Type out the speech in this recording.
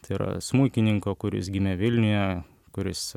tai yra smuikininko kuris gimė vilniuje kuris